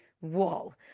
wall